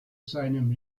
seinem